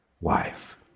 wife